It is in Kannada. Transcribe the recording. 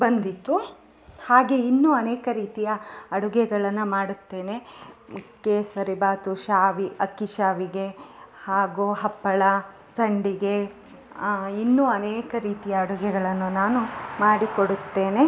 ಬಂದಿತ್ತು ಹಾಗೆ ಇನ್ನೂ ಅನೇಕ ರೀತಿಯ ಅಡುಗೆಗಳನ್ನು ಮಾಡುತ್ತೇನೆ ಕೇಸರಿ ಭಾತು ಶಾವಿ ಅಕ್ಕಿ ಶಾವಿಗೆ ಹಾಗೂ ಹಪ್ಪಳ ಸಂಡಿಗೆ ಇನ್ನೂ ಅನೇಕ ರೀತಿಯ ಅಡುಗೆಗಳನ್ನು ನಾನು ಮಾಡಿ ಕೊಡುತ್ತೇನೆ